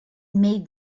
made